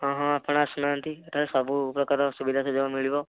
ହଁ ହଁ ଆପଣ ଆସୁନାହାନ୍ତି ଏଇଟା ସବୁପ୍ରକାର ସୁବିଧା ସୁଯୋଗ ମିଳିବ